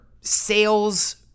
sales